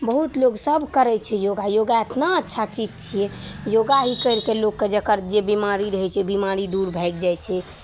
बहुत लोक सभ करै छै योगा योगा एतना अच्छा चीज छिए योगा ही करिके लोककेँ जकर जे बेमारी रहै छै बेमारी दूर भागि जाए छै